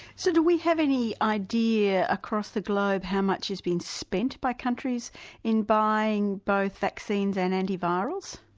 so do we have any idea across the globe how much has been spent by countries in buying both vaccines and antivirals?